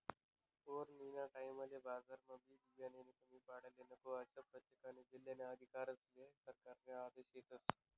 पेरनीना टाईमले बजारमा बी बियानानी कमी पडाले नको, आशा परतेक जिल्हाना अधिकारीस्ले सरकारना आदेश शेतस